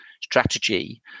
strategy